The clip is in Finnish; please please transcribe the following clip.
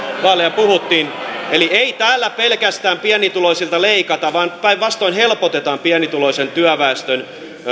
vaaleja puhuimme ei täällä pelkästään pienituloisilta leikata vaan päinvastoin helpotetaan pienituloisen työväestön